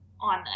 on